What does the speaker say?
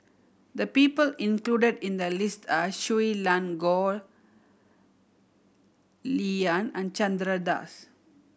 the people included in the list are Shui Lan Goh LihYan and Chandra Das